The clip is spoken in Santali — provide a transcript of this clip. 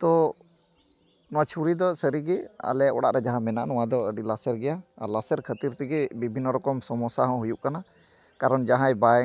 ᱛᱚ ᱱᱚᱣᱟ ᱪᱷᱩᱨᱤ ᱫᱚ ᱥᱟᱹᱨᱤ ᱜᱮ ᱟᱞᱮ ᱚᱲᱟᱜ ᱨᱮ ᱡᱟᱦᱟᱸ ᱢᱮᱱᱟᱜ ᱱᱚᱣᱟ ᱫᱚ ᱟᱹᱰᱤ ᱞᱟᱥᱮᱨ ᱜᱮᱭᱟ ᱟᱨ ᱞᱟᱥᱮᱨ ᱠᱷᱟᱹᱛᱤᱨ ᱛᱮᱜᱮ ᱵᱤᱵᱷᱤᱱᱱᱚ ᱨᱚᱠᱚᱢ ᱥᱚᱢᱚᱥᱥᱟ ᱦᱚᱸ ᱦᱩᱭᱩᱜ ᱠᱟᱱᱟ ᱠᱟᱨᱚᱱ ᱡᱟᱦᱟᱸᱭ ᱵᱟᱭ